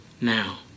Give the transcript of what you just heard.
now